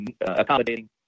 accommodating